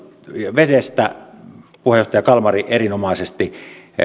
vedestä puheenjohtaja kalmari erinomaisesti